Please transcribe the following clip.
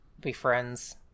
befriends